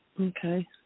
Okay